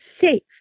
safe